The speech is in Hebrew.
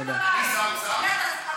שר אוצר?